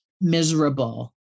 miserable